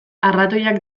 arratoiak